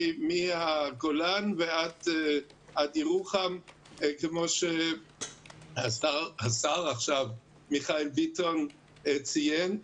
מהגולן ועד ירוחם, כמו שהשר מיכאל ביטון ציין.